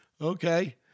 Okay